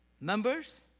members